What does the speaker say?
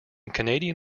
canadian